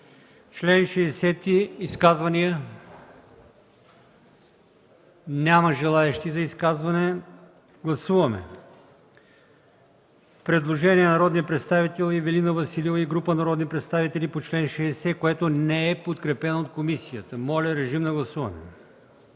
Члeн 60 – изказвания? Няма желаещи за изказвания. Гласуваме предложение на народния представител Ивелина Василева и група народни представители по чл. 60, което не е подкрепено от комисията. Гласували